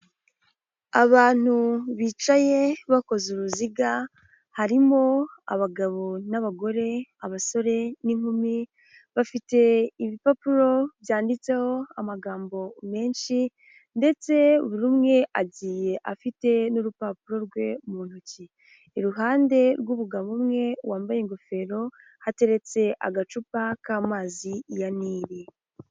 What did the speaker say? Abantu bicaye bakoze uruziga harimo abagabo n'abagore, abasore n'inkumi, bafite ibipapuro byanditseho amagambo menshi ndetse buri umwe agiye afite n'urupapuro rwe mu ntoki, iruhande rw'umugabo umwe wambaye ingofero hateretse agacupa k'amazi ya Nili.